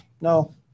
no